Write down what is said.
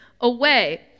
away